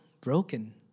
broken